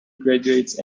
graduates